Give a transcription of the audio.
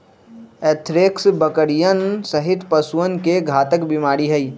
anthrax बकरियन सहित पशुअन के घातक बीमारी हई